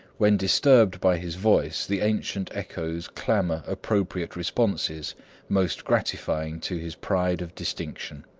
when disturbed by his voice the ancient echoes clamor appropriate responses most gratifying to his pride of distinction.